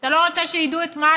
אתה לא רוצה שידעו את מה